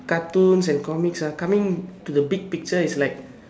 cartoons and comics ah coming to the big picture is like